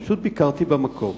פשוט ביקרתי במקום.